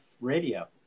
Radio